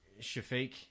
Shafiq